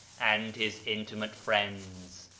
and his intimate friends.